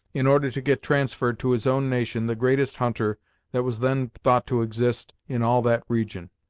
in order to get transferred to his own nation the greatest hunter that was then thought to exist in all that region,